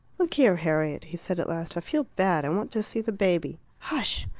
look here, harriet, he said at last, i feel bad i want to see the baby. hush!